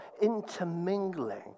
intermingling